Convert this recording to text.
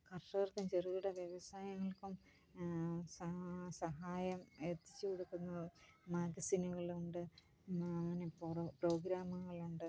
കര്ഷകര്ക്കും ചെറുകിടവ്യവസായങ്ങൾക്കും സഹായം എത്തിച്ച് കൊടുക്കുന്നത് മാഗസിനുകളുണ്ട് മാനിപ്പോരോ പ്രോഗ്രാമുകളുണ്ട്